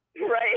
right